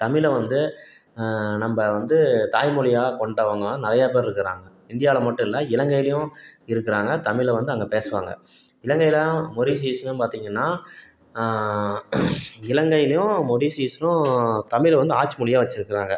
தமிழை வந்து நம்ப வந்து தாய்மொழியாக கொண்டவங்கள்லாம் நிறைய பேர் இருக்குறாங்க இந்தியாவில மட்டும் இல்லை இலங்கைலையும் இருக்குறாங்க தமிழை வந்து அங்கே பேசுவாங்க இலங்கையில்தான் மொரிஷியஸ்லையும் பார்த்திங்கன்னா இலங்கையிலையும் மொரிஷியஸ்ஸும் தமிழை வந்து ஆட்சி மொழியா வச்சுருக்குறாங்க